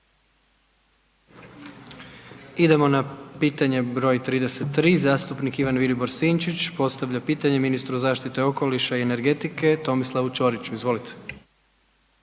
Idemo na pitanje br. 33, zastupnik Ivan Vilibor Sinčić postavlja pitanje ministru zaštite okoliša i energetike Tomislavu Ćoriću, izvolite.